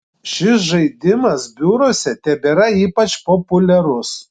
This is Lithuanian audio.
šis žaidimas biuruose tebėra ypač populiarus